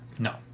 No